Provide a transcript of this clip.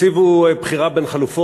תקציב הוא בחירה בין חלופות,